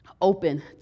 open